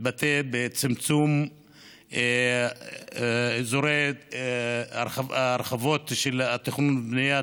בצמצום אזורי ההרחבות של התכנון והבנייה,